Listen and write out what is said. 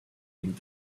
wind